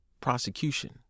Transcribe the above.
prosecution